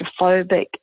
claustrophobic